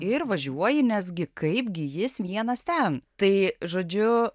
ir važiuoji nes gi kaipgi jis vienas ten tai žodžiu